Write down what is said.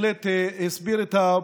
(אומר